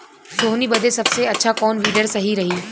सोहनी बदे सबसे अच्छा कौन वीडर सही रही?